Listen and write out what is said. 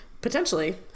Potentially